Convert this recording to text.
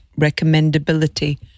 Recommendability